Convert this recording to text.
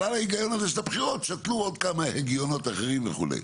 אבל על ההיגיון הזה של הבחירות שתלו עוד כמה הגיונות אחרים וכו'.